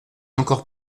encore